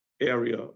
area